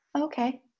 Okay